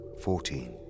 fourteen